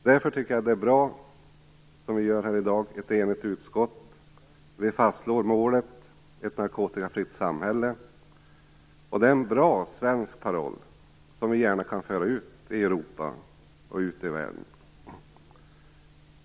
Därför tycker jag att det vi gör här i dag är bra, att ett enigt utskott fastslår målet ett narkotikafritt samhälle. Det är en bra svensk paroll som vi gärna kan föra ut i Europa och världen.